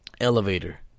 elevator